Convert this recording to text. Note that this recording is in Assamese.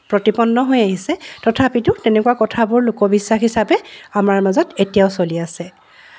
প্ৰতিপন্ন হৈ আহিছে তথাপিতো তেনেকুৱা কথাবোৰ লোকবিশ্বাস হিচাপে আমাৰ মাজত এতিয়াও চলি আছে